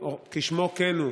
כשמו כן הוא,